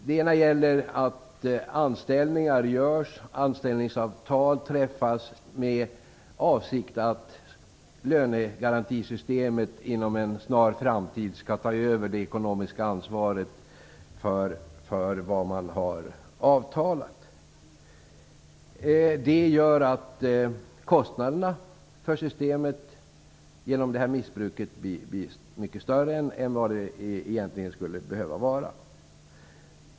Det ena innebär att anställningar görs och anställningsavtal träffas med avsikt att lönegarantisystemet inom en snar framtid skall ta över det ekonomiska ansvaret för det som avtalats. Genom det missbruket blir kostnaderna för systemet mycket större än vad de egentligen skulle behöva vara.